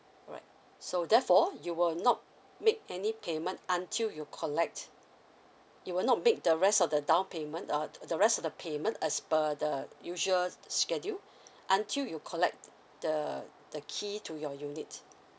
alright so therefore you will not make any payment until you collect you will not make the rest of the down payment uh the rest of the payment as per the usual schedule until you collect the the key to your unit